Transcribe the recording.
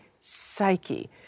psyche